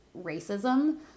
racism